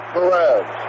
Perez